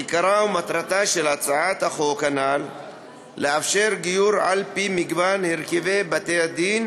עיקרה ומטרתה של הצעת החוק הנ"ל לאפשר גיור על-פי מגוון הרכבי בתי-הדין